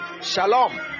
Shalom